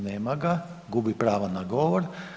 Nema ga, gubi pravo na govor.